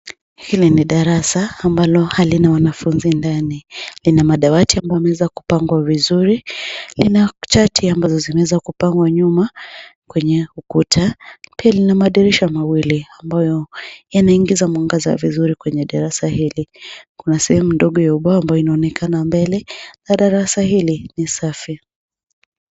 Hili ni darasa ambalo halina wanafunzi ndani. Lina madawati ambayo yameweza kupangwa vizuri. Lina chati ambazo zimeweza kupangwa nyuma kwenye ukuta. Pia lina madirisha mawili ambayo yanaingiza mwangaza vizuri kwenye darasa hili. Kuna sehemu ndogo ya ubao ambayo inaonekana mbele na darasa hili ni safi.